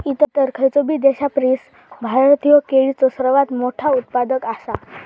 इतर खयचोबी देशापरिस भारत ह्यो केळीचो सर्वात मोठा उत्पादक आसा